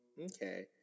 okay